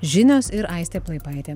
žinios ir aistė plaipaitė